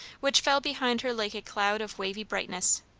which fell behind her like a cloud of wavy brightness.